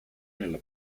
nella